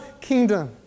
kingdom